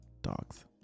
Dogs